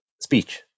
speech